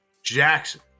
Jackson